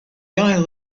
guy